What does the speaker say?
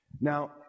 Now